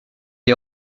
est